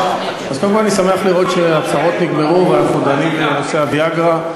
קודם כול אני שמח לראות שהצרות נגמרו ואנחנו דנים בנושא ה"ויאגרה".